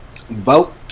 Vote